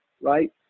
right